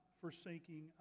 forsaking